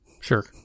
Sure